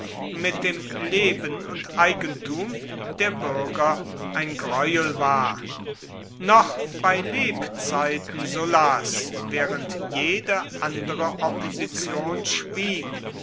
mit dem leben und eigentum der bürger ein greuel war noch bei lebzeiten sullas während jede andere opposition schwieg